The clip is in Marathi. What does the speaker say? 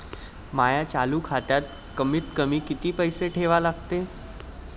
माया चालू खात्यात कमीत कमी किती पैसे ठेवा लागते?